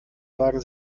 wagen